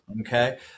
Okay